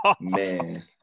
man